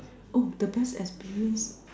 oh the best experience